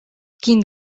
quin